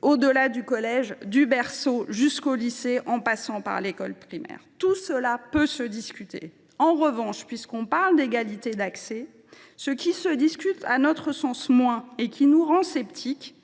au delà du collège, du berceau jusqu’au lycée, en passant par l’école primaire. Tout cela peut être débattu. En revanche, puisque nous parlons d’égalité d’accès, ce qui se discute moins et qui nous rend sceptiques,